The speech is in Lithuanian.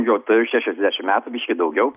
jo tai aš šešiasdešimt metų biškį daugiau